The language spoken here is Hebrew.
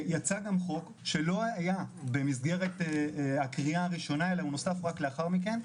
יצא גם חוק שלא היה במסגרת הקריאה הראשונה אלא הוא נוסף רק לאחר מכן,